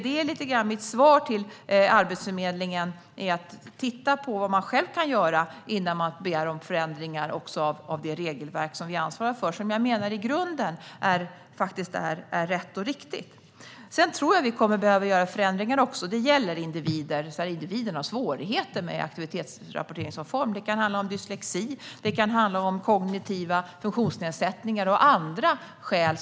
Det är lite grann mitt svar till Arbetsförmedlingen. Man bör titta på vad man själv kan göra innan man begär förändringar av regelverket, som jag menar i grunden är rätt och riktigt. Sedan kommer vi nog att behöva göra förändringar. Det gäller individer som har svårigheter med aktivitetsrapportering som form. Det kan handla om dyslexi, om kognitiva funktionsnedsättningar och om andra skäl.